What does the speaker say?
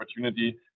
opportunity